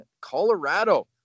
Colorado